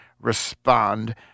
respond